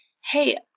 hey